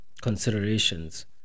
considerations